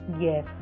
Yes